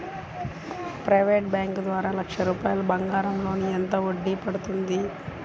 Private bank ద్వారా లక్ష రూపాయలు బంగారం లోన్ ఎంత వడ్డీ పడుతుంది?